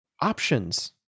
options